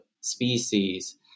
species